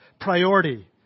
priority